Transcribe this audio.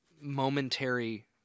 momentary